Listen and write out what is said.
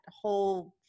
whole